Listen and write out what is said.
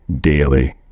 daily